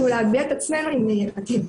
תודה.